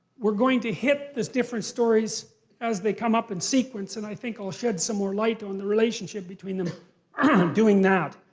we're going to hit the different stories as they come up in sequence and i think i'll shed some more light on the relationship between them ah um doing that.